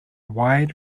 wide